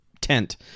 tent